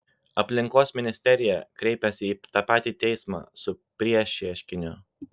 aplinkos ministerija kreipėsi į tą patį teismą su priešieškiniu